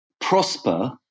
prosper